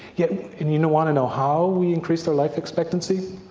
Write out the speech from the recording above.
yeah and you want to know how we increased our life expectancy?